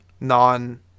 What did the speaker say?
non-